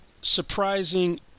surprising